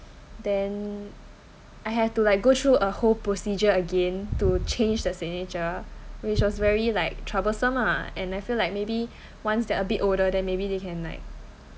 then I had to like go through a whole procedure again to change the signature which was very like troublesome lah and I feel like maybe once they're a bit older then maybe they can like